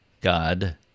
God